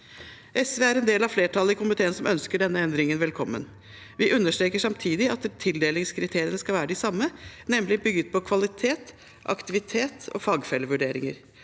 SV er en del av flertallet i komiteen som ønsker denne endringen velkommen. Vi understreker samtidig at tildelingskriteriene skal være de samme, nemlig bygget på kvalitet, aktivitet og fagfellevurderinger,